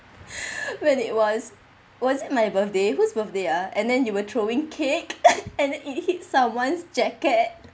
when it was was it my birthday whose birthday ah and then you were throwing cake and then it hit someone's jacket